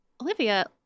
Olivia